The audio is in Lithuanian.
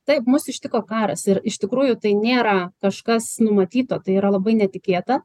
taip mus ištiko karas ir iš tikrųjų tai nėra kažkas numatyto tai yra labai netikėta